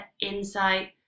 insight